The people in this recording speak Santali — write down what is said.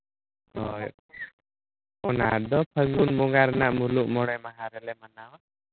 ᱦᱳᱭ ᱚᱱᱟᱫᱚ ᱯᱷᱟᱹᱜᱩᱱ ᱵᱚᱸᱜᱟ ᱨᱮᱱᱟᱜ ᱢᱩᱞᱩᱜ ᱢᱚᱬᱮ ᱢᱟᱦᱟ ᱨᱮᱞᱮ ᱢᱟᱱᱟᱣᱟ